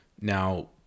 Now